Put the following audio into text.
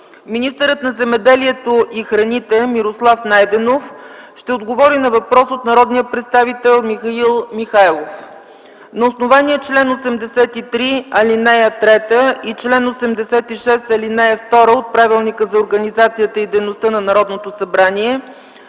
Министърът на земеделието и храните Мирослав Найденов ще отговори на въпрос от народния представител Михаил Михайлов. На основание чл. 83, ал. 3 и чл. 86, ал. 2 от Правилника за организацията и дейността на Народното събрание